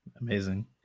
amazing